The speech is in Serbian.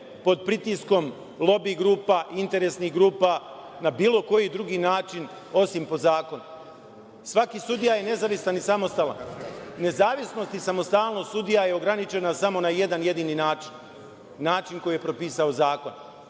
pod pritiskom lobi grupa, interesnih grupa, na bilo koji drugi način, osim po zakonu. Svaki sudija je nezavistan i samostalan. Nezavisnost i samostalnost sudija je ograničena samo na jedan jedini način, način koji je propisao zakon